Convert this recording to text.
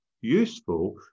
useful